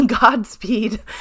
Godspeed